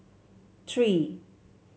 three